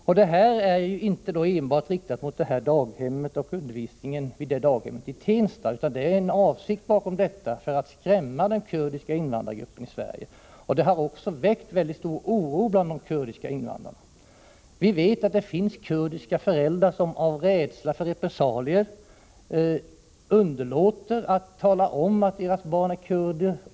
Den turkiska regeringens handlande är inte riktat enbart mot hemspråksundervisningen vid daghemmet i Tensta, utan avsikten är att skrämma den kurdiska invandrargruppen i Sverige. Det har också väckt mycket stor oro bland de kurdiska invandrarna. Vi vet att det finns kurdiska föräldrar som av rädsla för repressalier underlåter att tala om att deras barn är kurder.